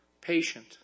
patient